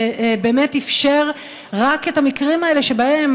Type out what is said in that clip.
ובאמת אפשר רק את המקרים האלה שבהם,